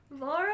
Laura